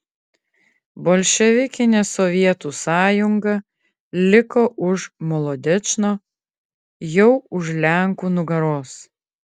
bolševikinė sovietų sąjunga liko už molodečno jau už lenkų nugaros